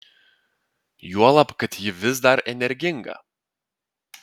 juolab kad ji vis dar energinga